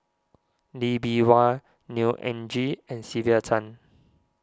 Lee Bee Wah Neo Anngee and Sylvia Tan